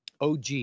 OG